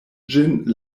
ĝin